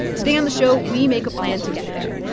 today on the show, we make a plan to get there.